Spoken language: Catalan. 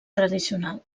tradicional